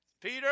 Peter